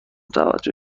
توجه